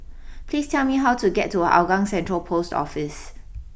please tell me how to get to Hougang Central post Office